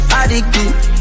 addicted